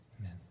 Amen